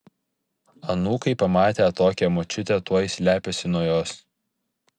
anūkai pamatę tokią močiutę tuoj slepiasi nuo jos